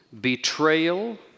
betrayal